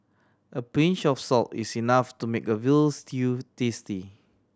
a pinch of salt is enough to make a veal stew tasty